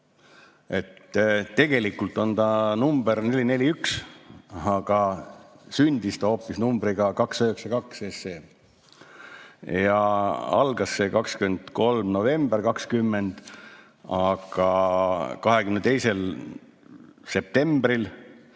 Tegelikult on ta number nüüd 441, aga sündis ta hoopis numbriga 292. Ja algas see 23. novembril 2020, aga 22. septembril